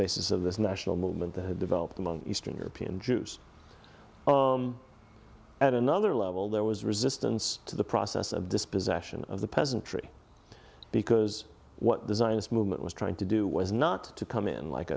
basis of this national movement that had developed among eastern european jews at another level there was resistance to the process of dispossession of the peasantry because what the zionist movement was trying to do was not to come in like